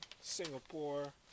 Singapore